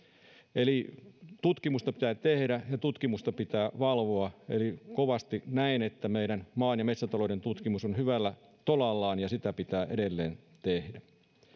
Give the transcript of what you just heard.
eli tutkimusta pitää tehdä ja tutkimusta pitää valvoa eli kovasti näen että meidän maa ja metsätalouden tutkimus on hyvällä tolalla ja sitä pitää edelleen tehdä